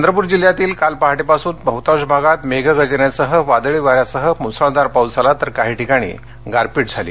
चंद्रपुर जिल्ह्यातील काल पहाटेपासून बहुतांश भागात मेघगर्जनेसह वादळी वाऱ्यासह मुसळधार पाऊस झाला तर काही ठिकाणी गारपीट झाली